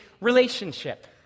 relationship